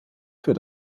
für